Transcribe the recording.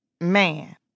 Man